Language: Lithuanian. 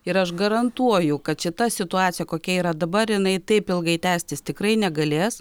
ir aš garantoju kad šita situacija kokia yra dabar jinai taip ilgai tęstis tikrai negalės